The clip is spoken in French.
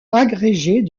agrégée